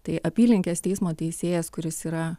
tai apylinkės teismo teisėjas kuris yra